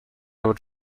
would